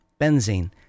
benzene